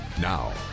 Now